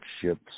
ships